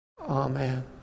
Amen